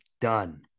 Done